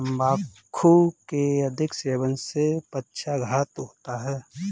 तंबाकू के अधिक सेवन से पक्षाघात होता है